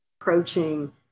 approaching